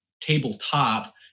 tabletop